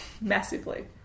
massively